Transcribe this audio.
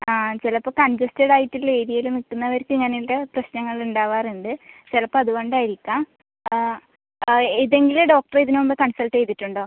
ആ ചിലപ്പോൾ കൺജസ്റ്റഡ് ആയിട്ടുള്ള ഏരിയയിൽ നിൽക്കുന്നവർക്ക് ഇങ്ങനത്തെ പ്രശ്നങ്ങൾ ഉണ്ടാവാറുണ്ട് ചിലപ്പോൾ അതുകൊണ്ട് ആയിരിക്കാം ആ അതെ ഇത് എങ്ങനെയാ ഡോക്ടറെ ഇതിന് മുമ്പ് കൺസൾട്ട് ചെയ്തിട്ടുണ്ടോ